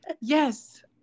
Yes